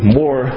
more